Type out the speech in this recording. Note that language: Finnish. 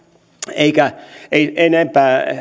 eikä